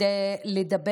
שהוצג